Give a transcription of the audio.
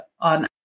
on